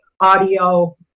audio